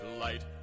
light